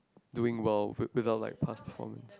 doing well with without like past performance